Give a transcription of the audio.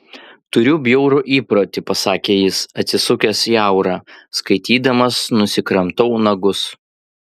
turiu bjaurų įprotį pasakė jis atsisukęs į aurą skaitydamas nusikramtau nagus